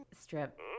Strip